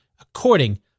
according